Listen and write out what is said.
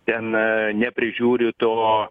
ten neprižiūri to